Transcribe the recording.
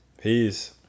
peace